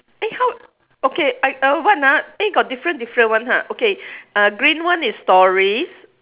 eh how okay I uh what ah eh got different different one ha okay uh green one is stories